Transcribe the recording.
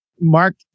Mark